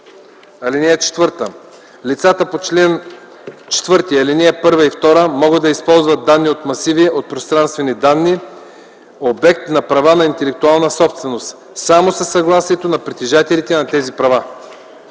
ал. 1. (4) Лицата по чл. 4, ал. 1 и 2 могат да използват данни от масиви от пространствени данни – обект на права на интелектуална собственост, само със съгласието на притежателите на тези права.”